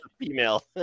Female